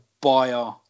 buyer